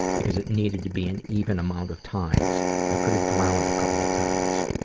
because it needed to be an even amount of times. i could have drowned a couple of times.